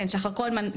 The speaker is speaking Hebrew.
שחר כהן,